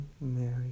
Mary